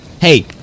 Hey